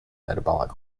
metabolic